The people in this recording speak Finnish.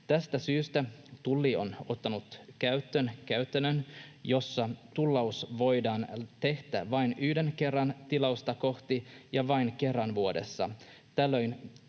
Tästä syystä Tulli on ottanut käyttöön käytännön, jossa tullaus voidaan tehdä vain yhden kerran tilausta kohti ja vain kerran vuodessa.